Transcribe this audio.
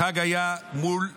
החג היה מול תרבות.